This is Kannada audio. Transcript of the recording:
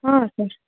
ಹಾಂ ಸರ್